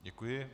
Děkuji.